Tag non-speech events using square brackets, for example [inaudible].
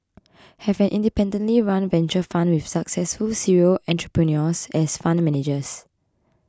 [noise] have an independently run venture fund with successful serial entrepreneurs as fund managers